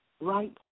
Right